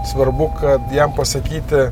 svarbu kad jam pasakyti